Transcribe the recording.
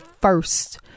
first